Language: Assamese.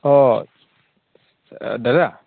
অঁ দাদা